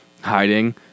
hiding